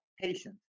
patient